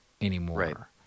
anymore